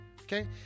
Okay